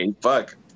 Fuck